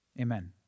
Amen